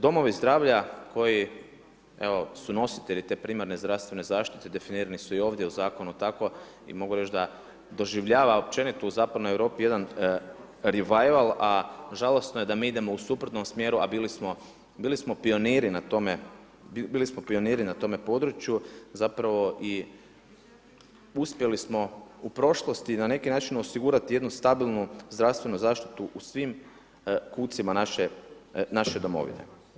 Domovi zdravlja koji evo su nositelji te primarne zdravstvene zaštite definirani su i ovdje u zakonu tako i mogu reći da doživljava općenito u zapadnoj Europi jedan revival a žalosno je da mi idemo u suprotnom smjeru a bili smo pioniri na tome području i zapravo uspjeli smo u prošlosti na neki način osigurati jednu stabilnu zdravstvenu zaštitu u svim kutcima naše domovine.